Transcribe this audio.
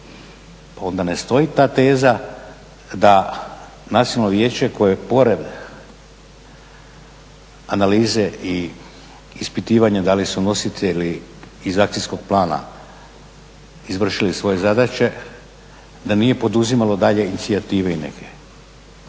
Onda ne stoji ta teza da nacionalno vijeće koje je pored analize i ispitivanja da li su nositelji iz akcijskog plana izvršili svoje zadaće da nije poduzimalo daljnje inicijative neke.